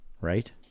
right